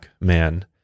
Man